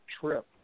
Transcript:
trip